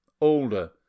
older